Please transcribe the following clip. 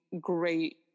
great